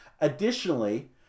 Additionally